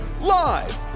live